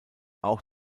auch